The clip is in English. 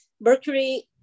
Mercury